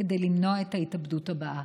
כדי למנוע את ההתאבדות הבאה.